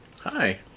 Hi